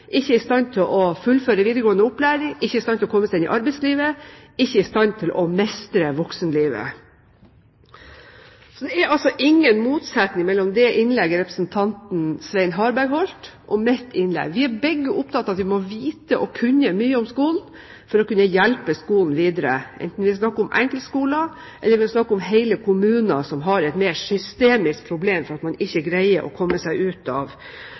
ikke er i stand til å fullføre videregående opplæring, ikke er i stand til å komme seg inn i arbeidslivet, og ikke er i stand til å mestre voksenlivet. Det er ingen motsetning mellom det innlegget representanten Svein Harberg holdt, og mitt innlegg. Vi er begge opptatt av at vi må vite og kunne mye om skolen for å kunne hjelpe skolen videre, enten vi snakker om enkeltskoler eller vi snakker om hele kommuner som har et mer systemisk problem fordi man ikke greier å komme seg ut av